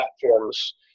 platforms